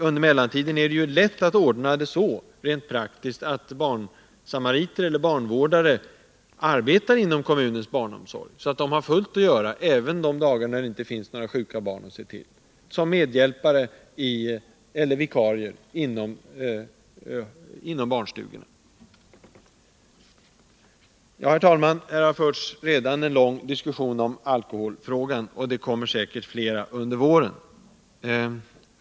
Under mellantiden är det lätt att praktiskt ordna det så, att barnsamariter eller barnvårdare arbetar inom kommunens barnomsorg som medhjälpare eller vikarier vid barnstugorna, så att de har sysselsättning även de dagar när det inte finns några sjuka barn som behöver tillsyn. Herr talman! Här har redan förts en lång diskussion om alkoholfrågan, och den kommer säkert att debatteras mera under våren.